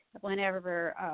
whenever